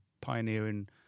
pioneering